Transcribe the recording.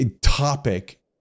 topic